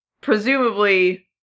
presumably